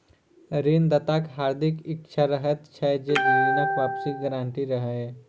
ऋण दाताक हार्दिक इच्छा रहैत छै जे ऋणक वापसीक गारंटी रहय